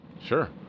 Sure